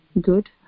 Good